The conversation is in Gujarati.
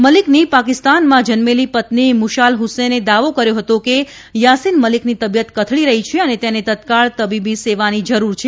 મલીકની પાકિસ્તાનમાં જન્મેલી પત્ની મુશાલ ફ્સેને દાવો કર્યો હતો કે યાસીન મલીકની તબીયત કથળી રહી છે અને તેને તત્કાળ તબીબ સેવાની જરૂર છે